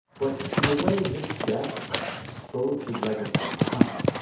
but in a way, his death froze his legacy in time.